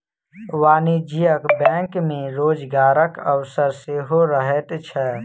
वाणिज्यिक बैंक मे रोजगारक अवसर सेहो रहैत छै